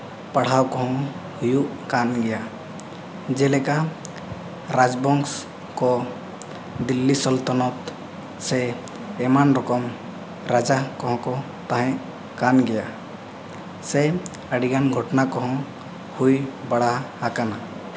ᱯᱟᱲᱦᱟᱣ ᱠᱚᱦᱚᱸ ᱦᱩᱭᱩᱜ ᱠᱟᱱ ᱜᱮᱭᱟ ᱡᱮᱞᱮᱠᱟ ᱨᱟᱡᱽ ᱵᱚᱝᱥ ᱠᱚ ᱫᱤᱞᱞᱤ ᱥᱚᱞᱛᱚᱱᱚᱛ ᱥᱮ ᱮᱢᱟᱱ ᱨᱚᱠᱚᱢ ᱨᱟᱡᱟ ᱠᱚᱦᱚᱸ ᱠᱚ ᱛᱟᱦᱮᱸ ᱠᱟᱱ ᱜᱮᱭᱟ ᱥᱮ ᱟᱹᱰᱤᱜᱟᱱ ᱜᱷᱚᱴᱚᱱᱟ ᱠᱚᱦᱚᱸ ᱦᱩᱭ ᱵᱟᱲᱟ ᱟᱠᱟᱱᱟ